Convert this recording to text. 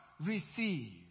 receive